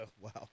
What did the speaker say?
Wow